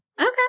Okay